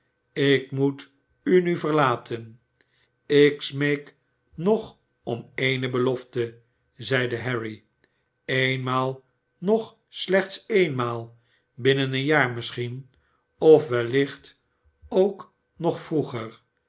ik moet u nu verlaten ik smeek nog om ééne belofte zeide harry eenmaal nog slechts eenmaal binnen een jaar misschien of wellicht ook nog vroeger